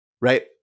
right